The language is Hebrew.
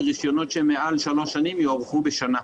ורישיונות שהם מעל שלוש שנים יוארכו בשנה.